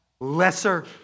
Lesser